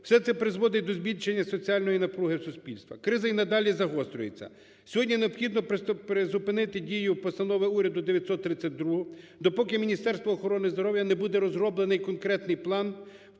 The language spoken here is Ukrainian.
Все це призводить до збільшення соціальної напруги в суспільстві. Криза і надалі загострюється. Сьогодні необхідно призупинити дію Постанови Уряду 932, допоки Міністерством охорони здоров'я не буде розроблений конкретний план,